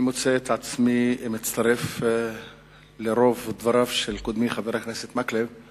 אני מוצא את עצמי מצטרף לרוב דבריו של קודמי חבר הכנסת מקלב.